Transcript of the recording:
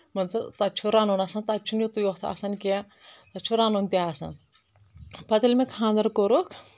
مان ژٕ تتہِ چھُ رنُن آسان تتہِ چھُنہٕ یوتٕے یوت آسان کینٛہہ تتہِ چھُ رنُن تہِ آسان پتہٕ ییٚلہ مےٚ خانٛدر کوٚرُکھ